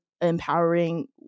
empowering